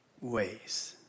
ways